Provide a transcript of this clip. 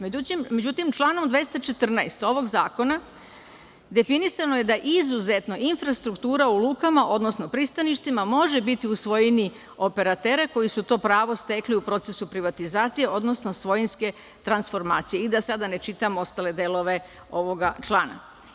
Međutim članom 214. ovog zakona definisano je da izuzetno infrastruktura u lukama, odnosno pristaništima može biti u svojini operatera koji su to pravo stekli u procesu privatizacije, odnosno svojinske transformacije, i da sada ne čitam ostale delove ovoga člana.